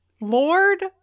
lord